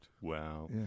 Wow